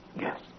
Yes